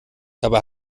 dabei